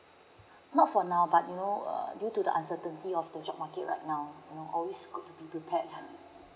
not for now but you know err due to the uncertainty of the job market right now I'm always good to be prepared lah